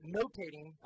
notating